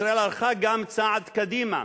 ישראל הלכה גם צעד קדימה: